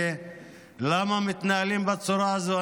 ולמה מתנהלים בצורה הזו?